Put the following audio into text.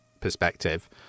perspective